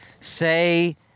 Say